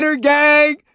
gang